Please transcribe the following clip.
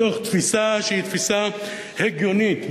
מתוך תפיסה שהיא תפיסה הגיונית,